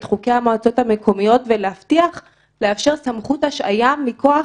את חוקי המועצות המקומיות ולאפשר סמכות השעיה מכוח